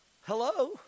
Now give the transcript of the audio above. Hello